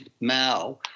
Mao